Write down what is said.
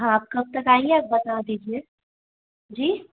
हाँ आप कब तक आएंगे आप बता दीजिए जी